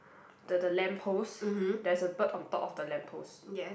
the the lamppost there's a bird on top of the lamppost